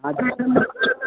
हाँ बीस नंबर